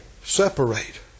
Separate